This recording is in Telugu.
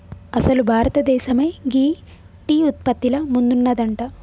అసలు భారతదేసమే గీ టీ ఉత్పత్తిల ముందున్నదంట